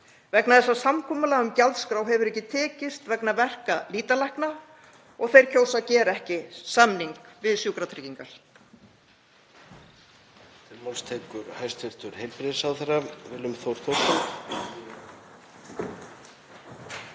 vegna þess að samkomulag um gjaldskrá hefur ekki tekist vegna verka lýtalækna og þeir kjósa að gera ekki samning við Sjúkratryggingar?